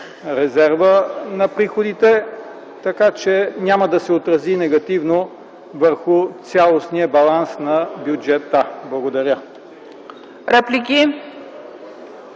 резерва на приходите, така че няма да се отрази негативно върху цялостния баланс на бюджета. Благодаря.